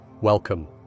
welcome